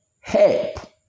help